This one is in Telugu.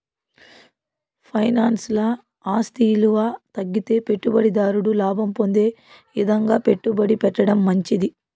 ఫైనాన్స్ల ఆస్తి ఇలువ తగ్గితే పెట్టుబడి దారుడు లాభం పొందే ఇదంగా పెట్టుబడి పెట్టడం మంచిది